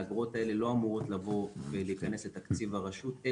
האגרות האלה לא אמורות לבוא ולהיכנס לתקציב הרשות,